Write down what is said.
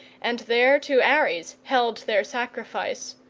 and there to ares held their sacrifice,